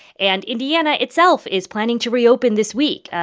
and indiana itself is planning to reopen this week.